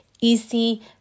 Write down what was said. easy